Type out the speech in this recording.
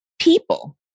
people